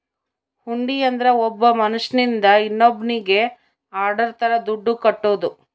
ಹುಂಡಿ ಅಂದ್ರ ಒಬ್ಬ ಮನ್ಶ್ಯನಿಂದ ಇನ್ನೋನ್ನಿಗೆ ಆರ್ಡರ್ ತರ ದುಡ್ಡು ಕಟ್ಟೋದು